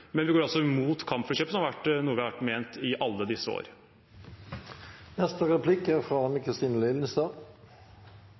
men vi går altså imot kampflykjøpene, som er noe vi har ment i alle disse